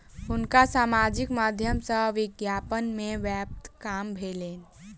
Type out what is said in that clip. हुनका सामाजिक माध्यम सॅ विज्ञापन में व्यय काम भेलैन